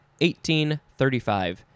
1835